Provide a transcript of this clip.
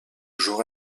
jour